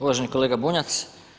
Uvaženi kolega Bunjac.